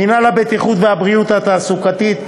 2. מינהל הבטיחות והבריאות התעסוקתי,